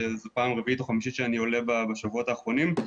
שזו הפעם הרביעית שאני עולה בשבועות האחרונים.